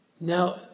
Now